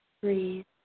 breathe